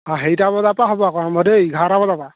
অ হেৰিটা বজাৰ পৰা হ'ব আকৌ আৰম্ভ দেই এঘাৰটা বজাৰ পৰা